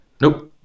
Nope